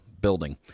building